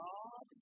God